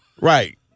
right